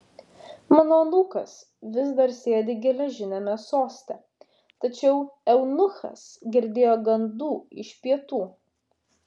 mano anūkas vis dar sėdi geležiniame soste tačiau eunuchas girdėjo gandų iš pietų